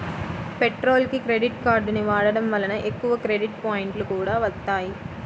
పెట్రోల్కి క్రెడిట్ కార్డుని వాడటం వలన ఎక్కువ క్రెడిట్ పాయింట్లు కూడా వత్తాయి